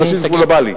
על בסיס גלובלי.